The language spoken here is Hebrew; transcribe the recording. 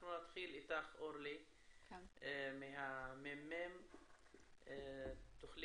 אנחנו נתחיל איתך, אורלי, מהממ"מ, תוכלי